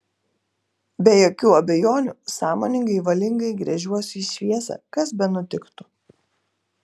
be jokių abejonių sąmoningai valingai gręžiuosi į šviesą kas benutiktų